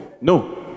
No